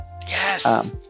Yes